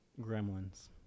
gremlins